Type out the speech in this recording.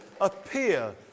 appear